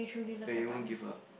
where you won't give up